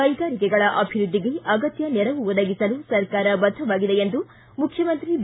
ಕೈಗಾರಿಕೆಗಳ ಅಭಿವೃದ್ಧಿಗೆ ಅಗತ್ಯ ನೆರವು ಒದಗಿಸಲು ಸರ್ಕಾರ ಬದ್ದ ಎಂದು ಮುಖ್ಯಮಂತ್ರಿ ಬಿ